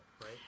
right